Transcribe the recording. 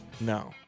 No